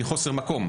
מפאת חוסר מקום.